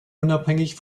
unabhängig